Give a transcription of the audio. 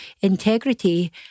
integrity